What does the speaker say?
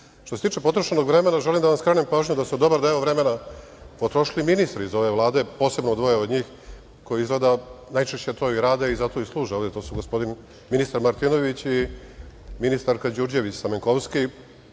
se tiče potrošenog vremena, želim da vam skrenem pažnju da su dobar deo vremena potrošili ministri iz ove Vlade, posebno dvoje od njih, koji izgleda najčešće to i rade i zato i služe ovde, gospodin ministar Martinović i ministarka Đurđević Stamenkovski,